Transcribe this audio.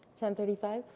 ten thirty five